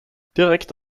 direkt